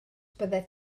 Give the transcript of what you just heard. byddet